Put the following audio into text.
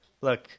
Look